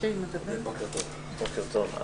בוקר טוב לכולם,